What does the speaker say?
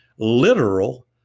literal